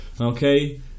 Okay